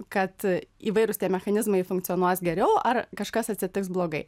kad įvairūs mechanizmai funkcionuos geriau ar kažkas atsitiks blogai